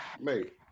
mate